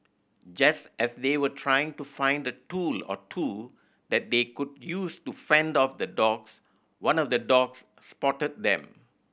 just as they were trying to find a tool or two that they could use to fend off the dogs one of the dogs spotted them